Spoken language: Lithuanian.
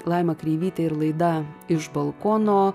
laima kreivytė ir laida iš balkono